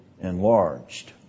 enlarged